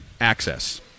access –